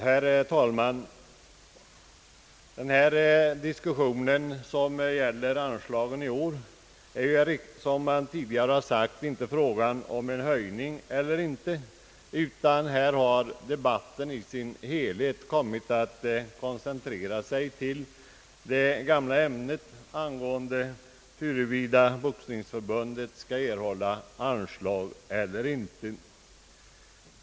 Herr talman! I den diskussion som nu förs och som gäller anslaget till idrotten är det som tidigare har sagts inte fråga om en höjning eller inte av anslaget, utan debatten har i sin helhet kommit att koncentrera sig till det gamla ämnet huruvida Boxningsförbundet skall erhålla anslag eller inte.